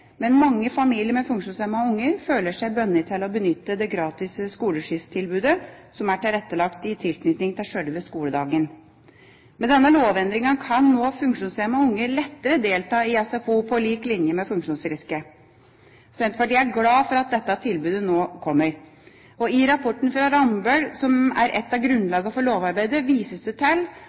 men mange familier med funksjonshemmede barn føler seg bundet til å benytte det gratis skoleskysstilbudet som er tilrettelagt i tilknytning til sjølve skoledagen. Med denne lovendringen kan nå funksjonshemmede barn lettere delta i SFO på lik linje med funksjonsfriske. Senterpartiet er glad for at dette tilbudet nå kommer. I rapporten fra Rambøll, som er et av grunnlagene for lovarbeidet, vises det til